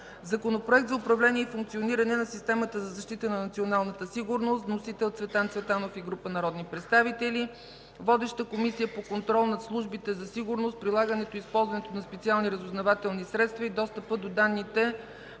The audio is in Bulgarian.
Законопроект за управление и функциониране на системата за защита на националната сигурност. Вносители – Цветан Цветанов и група народни представители. Водеща е Комисията за контрол над службите за сигурност, прилагането и използването на специалните разузнавателни средства и достъпа до данните